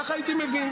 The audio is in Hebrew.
ככה הייתי מבין.